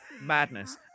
madness